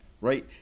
right